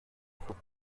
faut